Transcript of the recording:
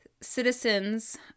citizens